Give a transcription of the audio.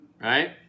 right